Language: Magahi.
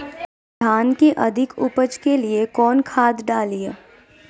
धान के अधिक उपज के लिए कौन खाद डालिय?